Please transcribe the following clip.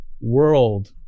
world